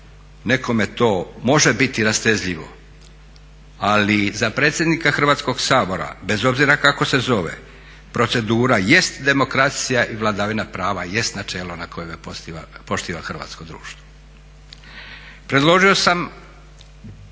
nekome to može biti rastezljivo ali za predsjednika Hrvatskog sabora bez obzira kako se zove procedura jest demokracija i vladavina prava jest načelo na kojima počiva hrvatsko društvo. Predložio sam